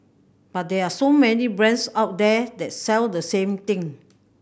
but there are so many brands out there that sell the same thing